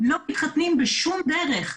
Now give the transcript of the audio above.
לא מתחתנים בשום דרך.